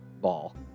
ball